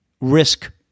risk